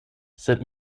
sed